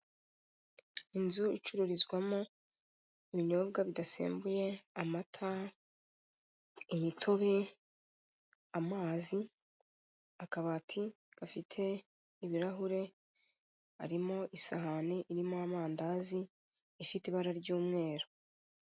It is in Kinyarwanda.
Inzu icururizwamo ibinyobwa bidasembuye, amata, imitobe, amazi, akabati gafite ibirahure harimo isahane irimo amandazi ifite ibara ry'umweru.